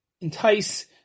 entice